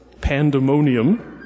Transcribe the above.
pandemonium